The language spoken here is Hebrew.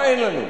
מה אין לנו?